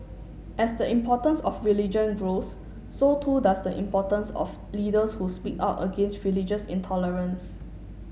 as the importance of religion grows so too does the importance of leaders who speak out against religious intolerance